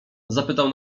zapytał